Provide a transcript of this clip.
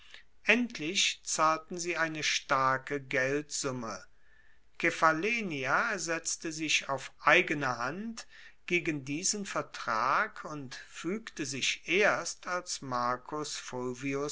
endlich zahlten sie eine starke geldsumme kephallenia setzte sich auf eigene hand gegen diesen vertrag und fuegte sich erst als marcus